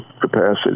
capacity